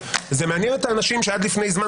הכנסת; זה מעניין את האנשים שעד לפני זמן